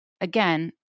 again